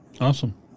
awesome